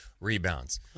rebounds